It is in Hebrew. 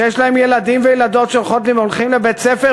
שיש להן ילדים וילדות שהולכים לבית-ספר,